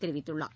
தெரிவித்துள்ளார்